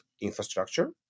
infrastructure